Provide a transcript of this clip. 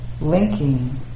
linking